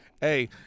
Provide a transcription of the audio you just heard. Hey